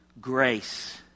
grace